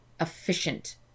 efficient